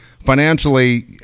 financially